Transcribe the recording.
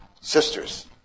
Sisters